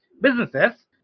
businesses